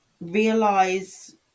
realize